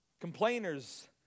Complainers